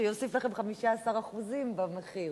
שיוסיף לכם 15% במחיר.